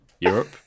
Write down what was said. Europe